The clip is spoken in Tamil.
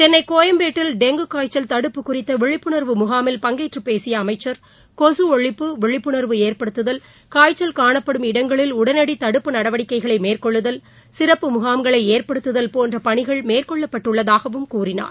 சென்னைகோயம்பேட்டில் டெங்கு காய்ச்சல் குறித்தவிழிப்புணர்வு தடுப்பு முகாமில் பங்கேற்றபேசியஅமைச்சர் கொசுஒழிப்பு விழிப்புணர்வு ஏற்படுத்துதல் காய்ச்சல் காணப்படும் இடங்களில் நடவடிக்கைகளைமேற்கொள்ளுதல் சிறப்பு முகாம்களைஏற்படுத்துதல் போன்றபணிகள் உடனடிதடுப்பு மேற்கொள்ளப்பட்டுள்ளதாகவும் கூறினார்